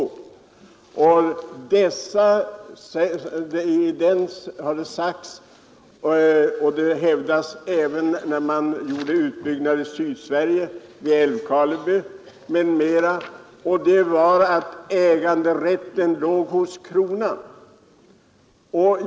Även vid utbyggnader i Trollhättan och Älvkarleby kraftverk m.m. har det uttalats att äganderätten låg hos kronan.